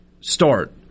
start